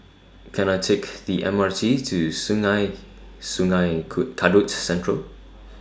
Can I Take The M R T to Sungei Sungei Kadut Central